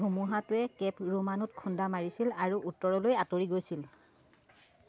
ধুমুহাটোৱে Cape ৰোমানোত খুন্দা মাৰিছিল আৰু উত্তৰলৈ আঁতৰি গৈছিল